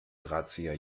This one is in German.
drahtzieher